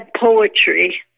poetry